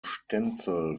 stenzel